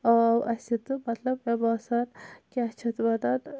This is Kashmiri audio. آو اَسہِ تہٕ مَطلَب مےٚ باسان کیاہ چھِ اَتھ وَنان تہٕ